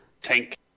Tank